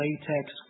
latex